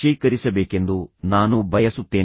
ಈಗ ನೀವು ಇದನ್ನು ಹೇಗೆ ನಿಲ್ಲಿಸುತ್ತೀರಿ